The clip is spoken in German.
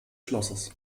schlosses